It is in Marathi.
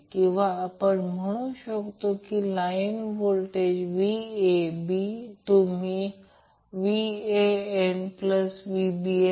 तर हा त्याचप्रमाणे a c b phase sequence आहे